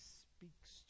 speaks